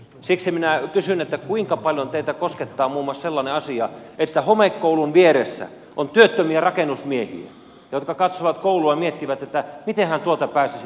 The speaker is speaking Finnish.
siksi minä kysyn että kuinka paljon teitä koskettaa muun muassa sellainen asia että homekoulun vieressä on työttömiä rakennusmiehiä jotka katsovat koulua ja miettivät että mitenhän tuota pääsisi korjaamaan